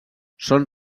són